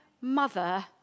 mother